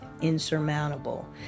insurmountable